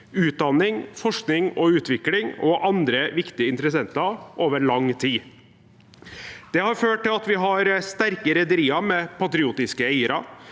utdanning, forskning og utvikling og andre viktige interessenter over lang tid. Det har ført til at vi har sterke rederier med patriotiske eiere